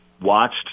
watched